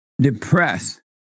depressed